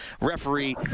referee